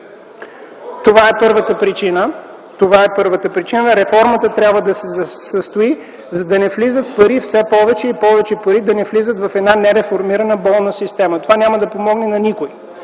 години без реформа! Това е първата причина. Реформата трябва да се състои, за да не влизат пари все повече и повече в една нереформирана болна система. Това няма да помогне на никой.